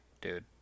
dude